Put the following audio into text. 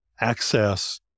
access